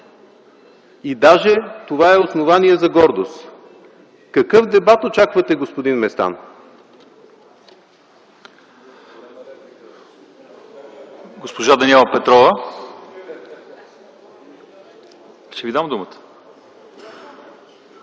и даже това е основание за гордост. Какъв дебат очаквате, господин Местан?